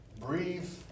Breathe